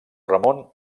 ramon